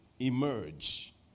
emerge